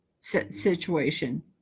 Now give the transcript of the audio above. situation